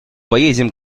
поедем